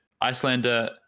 Icelander